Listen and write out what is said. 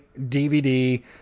dvd